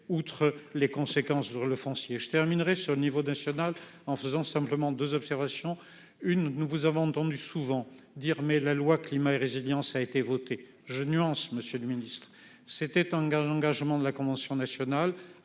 Outre les conséquences sur le foncier je terminerai sur le niveau national en faisant simplement 2 observations une nous vous avons entendu souvent dire mais la loi climat et résilience a été votée je nuance Monsieur le Ministre, c'était en garde l'engagement de la convention nationale